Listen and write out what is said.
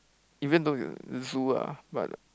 even though it the zoo ah but